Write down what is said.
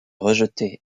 rejetée